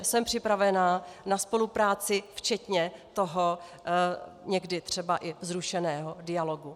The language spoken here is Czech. Jsem připravená na spolupráci včetně toho někdy třeba i vzrušeného dialogu.